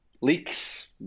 leaks